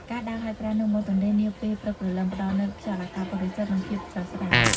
ការដើរហាត់ប្រាណនៅមាត់ទន្លេនាពេលព្រឹកព្រលឹម ផ្ដល់នូវខ្យល់អាកាសបរិសុទ្ធ និងភាពស្រស់ស្រាយ។